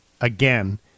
again